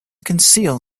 conceal